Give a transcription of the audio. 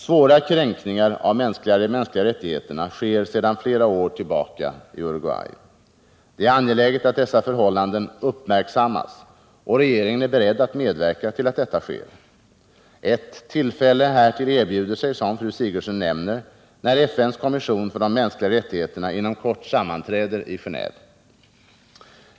Svåra kränkningar av de mänskliga rättigheterna sker sedan flera år tillbaka i Uruguay. Det är angeläget att dessa förhållanden uppmärksammas, och regeringen är beredd att medverka till att detta sker. Ett tillfälle härtill erbjuder sig, som fru Sigurdsen nämner, när FN:s kommission för de mänskliga rättigheterna inom kort sammanträder i Genéve.